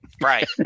Right